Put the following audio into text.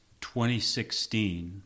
2016